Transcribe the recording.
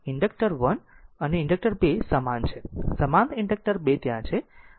inductor 1 અને inductor 2 સમાન છે સમાંતર ઇન્ડક્ટર 2 ત્યાં છે